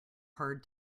hard